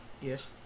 yes